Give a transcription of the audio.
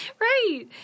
Right